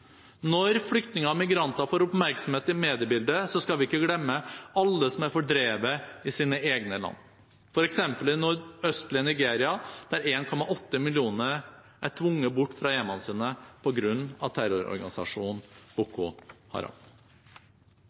Når flyktninger og migranter får oppmerksomhet i mediebildet, skal vi ikke glemme alle som er fordrevet i sine egne land, f.eks. i det nordøstlige Nigeria, der 1,8 millioner er tvunget bort fra hjemmene sine på grunn av terrororganisasjonen Boko Haram.